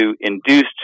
induced